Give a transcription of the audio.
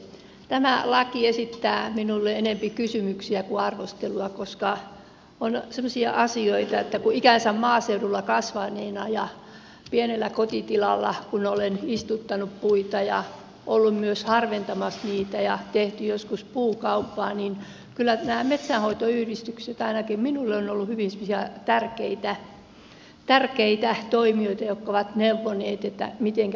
tämä laki esittää minulle enempi kysymyksiä kuin arvostelua koska on semmoisia asioita että kun ikäni maaseudulla olen kasvanut ja pienellä kotitilalla kun olen istuttanut puita ja ollut myös harventamassa niitä ja ollaan tehty joskus puukauppaa niin kyllä nämä metsänhoitoyhdistykset ainakin minulle ovat olleet hyvin tärkeitä toimijoita jotka ovat neuvoneet mitenkä pitäisi tehdä